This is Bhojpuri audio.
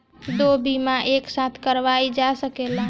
दो बीमा एक साथ करवाईल जा सकेला?